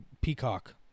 peacock